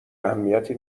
اهمیتی